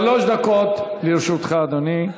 שלוש דקות לרשותך, אדוני.